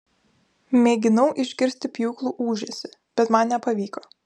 mėginau išgirsti pjūklų ūžesį bet man nepavyko